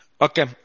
Okay